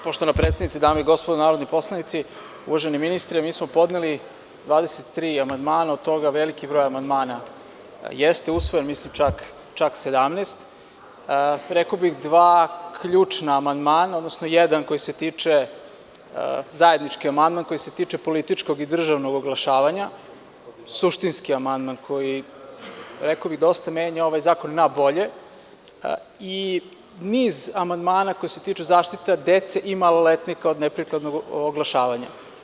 Poštovana predsednice, dame i gospodo narodni poslanici, uvaženi ministre, mi smo podneli 23 amandmana, a od toga je veliki broj amandmana usvojen, mislim čak 17, rekao bih, dva ključna amandmana, odnosno jedan zajednički amandman koji se tiče političkog i državnog oglašavanja, suštinski amandman koji dosta menja ovaj zakon na bolje i niz amandmana koji se tiču zaštite dece i maloletnika od neprikladnog oglašavanja.